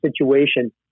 situation